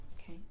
Okay